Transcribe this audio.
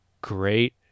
great